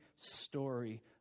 story